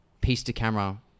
piece-to-camera